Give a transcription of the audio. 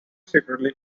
secretly